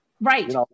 Right